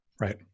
Right